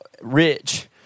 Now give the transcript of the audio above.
rich